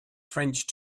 french